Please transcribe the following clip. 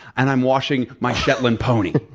and i'm washing my shetland pony.